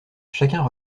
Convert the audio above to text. chacun